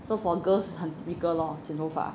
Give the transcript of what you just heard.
so for girls 很 typical lor 剪头发